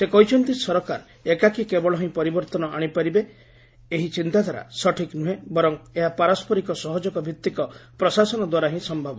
ସେ କହିଛନ୍ତି ସରକାର ଏକାକୀ କେବଳ ହିଁ ପରିବର୍ଭନ ଆଶିପାରିବେ ଏହି ଚିନ୍ତାଧାରା ସଠିକ୍ ନୁହେଁ ବର୍ଚ ଏହା ପାରସରିକ ସହଯୋଗ ଭିଭିକ ପ୍ରଶାସନ ଦ୍ୱାରା ହିଁ ସ୍ଥର୍ବ